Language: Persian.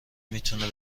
میتونه